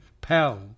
PAL